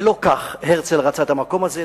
ולא כך הרצל רצה את המקום הזה.